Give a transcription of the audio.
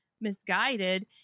misguided